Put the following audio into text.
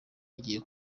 igiye